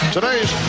Today's